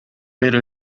pero